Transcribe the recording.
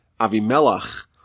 Avimelech